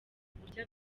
uburyo